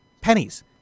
Pennies